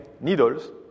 needles